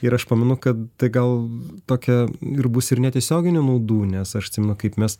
ir aš pamenu kad tai gal tokia ir bus ir netiesioginių naudų nes aš atsimenu kaip mes